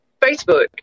Facebook